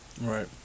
Right